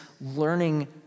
learning